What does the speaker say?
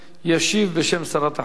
ישיב בשם שרת החקלאות,